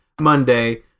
Monday